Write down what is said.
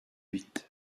huit